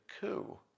coup